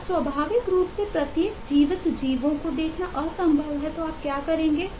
अब स्वाभाविक रूप से प्रत्येक जीवित जीवों को देखना असंभव है तो आप क्या करेंगे